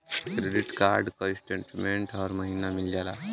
Credit card क statement हर महिना मिल जाला का?